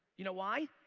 you know why?